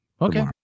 Okay